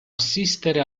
assistere